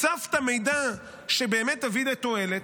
הצפת מידע שבאמת הביא לתועלת,